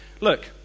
Look